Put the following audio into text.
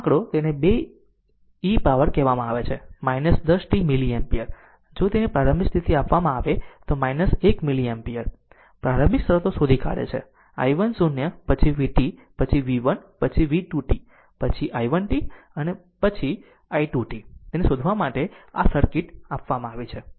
આ આંકડો તેને 2 e પાવર આપવામાં આવે છે 10 t મિલી એમ્પીયર જો તેની પ્રારંભિક સ્થિતિ આપવામાં આવે તો 1 મિલી એમ્પીયર પ્રારંભિક શરતો શોધી કાઢે છે i1 0 પછી vt પછી v 1 પછી v 2 t પછી i 1 t અને i 2 t તેને શોધવા માટે તેથી આ સર્કિટ આપવામાં આવી છે